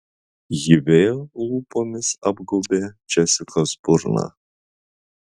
ji vėl lūpomis apgaubė džesikos burną